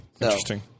Interesting